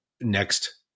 next